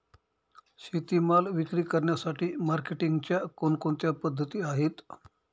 शेतीमाल विक्री करण्यासाठी मार्केटिंगच्या कोणकोणत्या पद्धती आहेत?